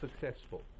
successful